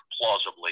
plausibly